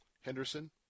Henderson